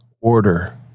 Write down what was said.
order